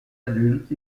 adulte